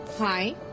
Hi